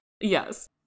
Yes